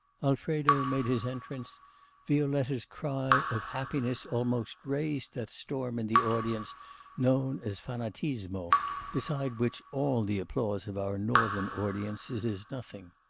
alfredo made his entrance violetta's cry of happiness almost raised that storm in the audience known as fanatisme, beside which all the applause of our northern audiences is nothing.